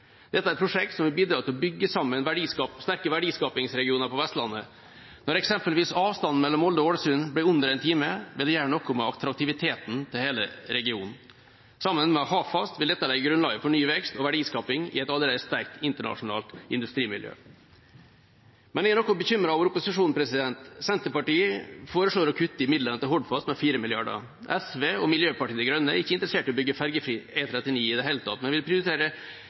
Dette er prosjekt som vil bidra til å bygge sammen sterke verdiskapingsregioner på Vestlandet. Når eksempelvis avstanden mellom Molde og Ålesund blir under én time, vil det gjøre noe med attraktiviteten til hele regionen. Sammen med Hafast vil dette legge grunnlaget for ny vekst og verdiskaping i et allerede sterkt internasjonalt industrimiljø. Men jeg er noe bekymret over opposisjonen. Senterpartiet foreslår å kutte i midlene til Hordfast med 4 mrd. kr. SV og Miljøpartiet De Grønne er ikke interessert å bygge ferjefri E39 i det hele tatt, men vil prioritere